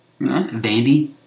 Vandy